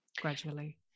gradually